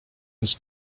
was